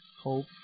hope